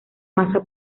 masa